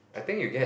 I think you get